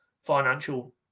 financial